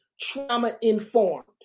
trauma-informed